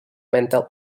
mental